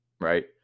right